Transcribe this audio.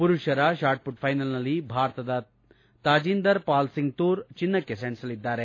ಪುರುಷರ ಶಾಟ್ಮೂಟ್ ಫೈನಲ್ನಲ್ಲಿ ಭಾರತದ ತಾಜಿಂಧರ್ ಪಾಲ್ಒಂಗ್ ತೂರ್ ಚಿನ್ನಕ್ಕೆ ಸೆಣಸಲಿದ್ದಾರೆ